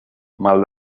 mal